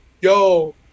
yo